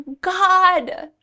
God